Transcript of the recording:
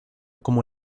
como